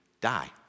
die